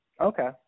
Okay